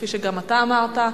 כפי שגם אתה אמרת.